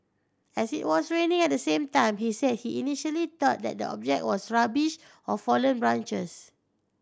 as it was raining at the same time he said he initially thought that the object was rubbish or fallen branches